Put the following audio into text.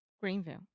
Greenville